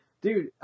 Dude